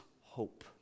Hope